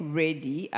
ready